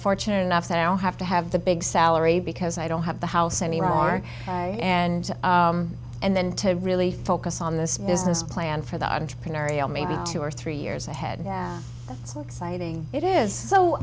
fortunate enough that i don't have to have the big salary because i don't have the house anymore and and then to really focus on this business plan for the entrepreneurial maybe two or three years ahead that's exciting it is so